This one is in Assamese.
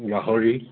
গাহৰি